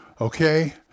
okay